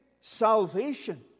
salvation